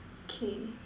K